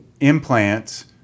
implants